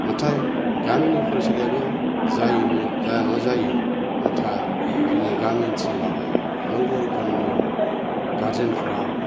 नाथाय गामिनि फरायसालियाबो जायो न जाया नङा जायो नाथाय जोंनिया गामि ओनसोलाव नांगौ रोखोमनि गारजेनफ्रा